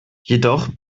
jedoch